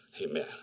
Amen